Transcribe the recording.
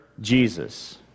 Jesus